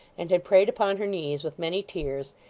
and had prayed upon her knees with many tears,